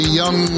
young